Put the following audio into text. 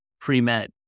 pre-med